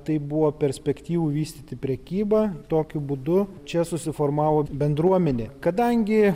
taip buvo perspektyvu vystyti prekybą tokiu būdu čia susiformavo bendruomenė kadangi